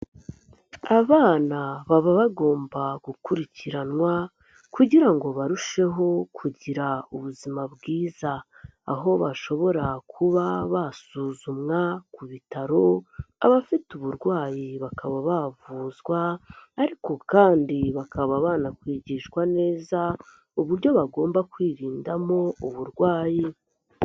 Abana baba bagomba gukurikiranwa kugira ngo barusheho kugira ubuzima bwiza. Aho bashobora kuba basuzumwa ku bitaro, abafite uburwayi bakaba bavuzwa ariko kandi bakaba banakwigishwa neza uburyo bagomba kwirindamo uburwayi.